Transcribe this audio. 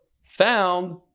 found